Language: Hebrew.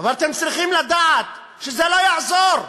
ואתם צריכים לדעת שזה לא יעזור,